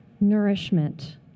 nourishment